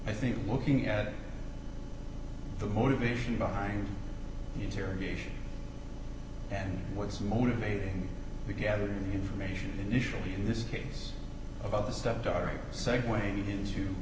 i think looking at the motivation behind interrogation and what is motivating we gather information initially in this case about the stepdaughter segue into